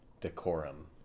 decorum